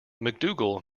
macdougall